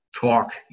talk